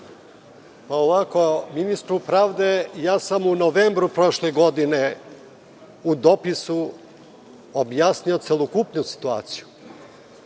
Halimi** Ministru pravde sam ja u novembru prošle godine u dopisu objasnio celokupnu situaciju.